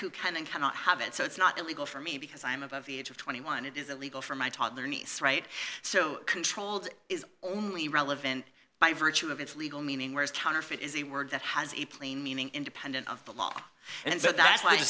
who can and cannot have it so it's not illegal for me because i'm of the age of twenty one it is illegal for my toddler niece right so controlled is only relevant by virtue of its legal meaning whereas counterfeit is a word that has a plain meaning independent of the law and so that's why